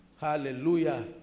Hallelujah